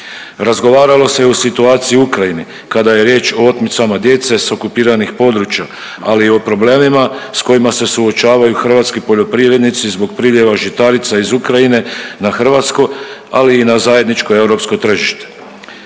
Razgovaralo se i o situaciji u Ukrajini kada je riječ o otmicama djece s okupiranih područja, ali i o problemima s kojima se suočavaju hrvatski poljoprivrednici zbog priljeva žitarica iz Ukrajine na hrvatsko, ali i na zajedničko europsko tržište.